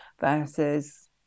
versus